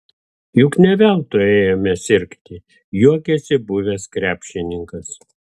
juk ne veltui ėjome sirgti juokėsi buvęs krepšininkas